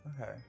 Okay